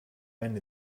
bend